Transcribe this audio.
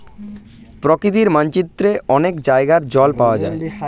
প্রকৃতির মানচিত্রে অনেক জায়গায় জল পাওয়া যায়